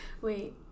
Wait